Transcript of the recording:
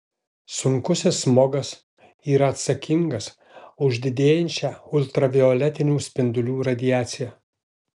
sunkusis smogas yra atsakingas už didėjančią ultravioletinių spindulių radiaciją